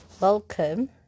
welcome